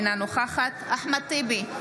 אינה נוכחת אחמד טיבי,